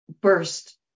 burst